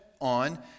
on